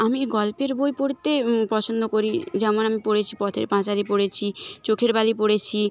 আমি গল্পের বই পড়তে পছন্দ করি যেমন আমি পড়েছি পথের পাঁচালি পড়েছি চোখের বালি পড়েছি